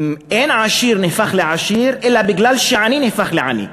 אין עשיר נהפך לעשיר אלא בגלל שעני נהפך לעני,